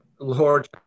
Lord